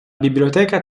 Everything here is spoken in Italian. biblioteca